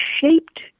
shaped